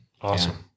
awesome